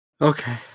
Okay